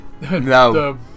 no